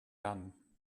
done